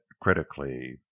critically